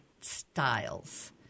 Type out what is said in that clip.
styles